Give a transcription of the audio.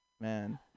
Man